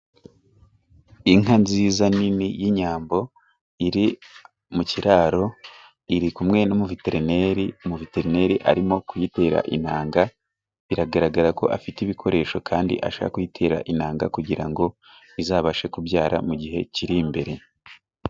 Inka nziza nini y'inyambo iri mu kiraro, iri kumwe n'umuvetereneri. Umuveterineri arimo kuyitera intanga, biragaragara ko afite ibikoresho kandi ashaka kuyitera intanga, kugira ngo izabashe kubyara mu gihe kiri imbere.